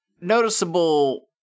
noticeable